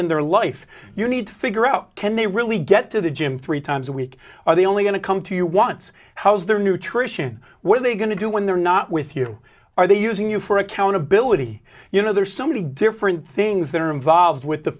in their life you need to figure out can they really get to the gym three times a week are they only going to come to you wants how's their nutrition what are they going to do when they're not with you are they using you for accountability you know there's so many different things that are involved with the